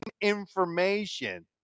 information